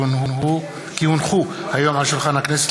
כי הונחו היום על שולחן הכנסת,